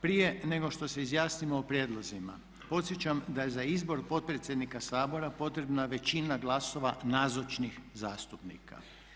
Prije nego što se izjasnimo o prijedlozima podsjećam da je za izbor potpredsjednika Sabora potrebna većina glasova nazočnih zastupnika.